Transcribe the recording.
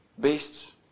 beasts